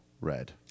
red